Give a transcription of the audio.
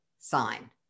sign